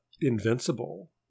invincible